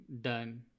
Done